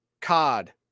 cod